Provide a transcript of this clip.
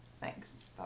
Thanks